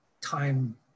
time